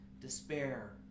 despair